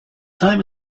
time